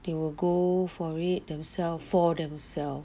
they will go for it themselves for themselves